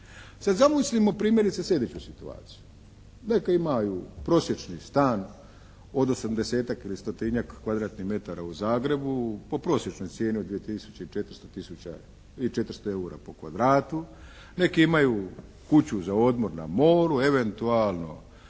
Sad zamislimo primjerice slijedeću situaciju. Neka imaju prosječni stan od osamdesetak ili stotinjak kvadratnih metara u Zagrebu po prosječnoj cijeni od 2 tisuće i 400 eura po kvadratu, nek imaju kuću za odmor na moru, eventualno